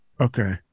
Okay